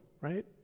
right